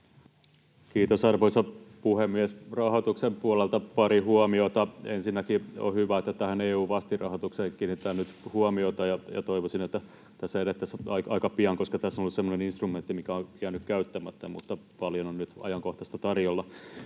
Kiitos, arvoisa puhemies! Rahoituksen puolelta pari huomiota. Ensinnäkin on hyvä, että tähän EU:n vastinrahoitukseen kiinnitetään nyt huomiota. Toivoisin, että tässä edettäisiin aika pian, koska tämä on ollut semmoinen instrumentti, mikä on jäänyt käyttämättä. Mutta paljon on nyt ajankohtaista tarjolla.